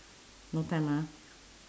no time ah